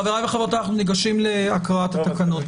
חבריי וחברותיי, אנחנו ניגשים להקראת התקנות.